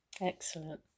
Excellent